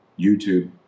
YouTube